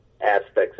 aspects